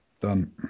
Done